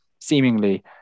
seemingly